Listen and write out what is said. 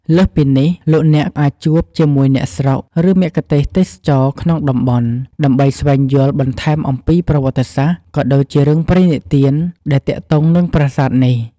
លើសពីនេះលោកអ្នកអាចជួបជាមួយអ្នកស្រុក ឬមគ្គទេសក៍ទេសចរណ៍ក្នុងតំបន់ ដើម្បីស្វែងយល់បន្ថែមអំពីប្រវត្តិសាស្ត្រ ក៏ដូចជារឿងព្រេងនិទានដែលទាក់ទងនឹងប្រាសាទនេះ។